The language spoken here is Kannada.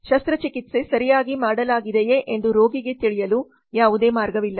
ಶಸ್ತ್ರಚಿಕಿತ್ಸೆ ಸರಿಯಾಗಿ ಮಾಡಲಾಗಿದೆಯೇ ಎಂದು ರೋಗಿಗೆ ತಿಳಿಯಲು ಯಾವುದೇ ಮಾರ್ಗವಿಲ್ಲ